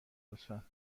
لطفا